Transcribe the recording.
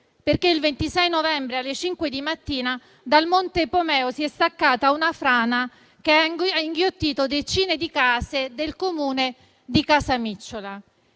Il 26 novembre, alle 5 di mattina, dal monte Epomeo si è staccata una frana che ha inghiottito decine di case del Comune di Casamicciola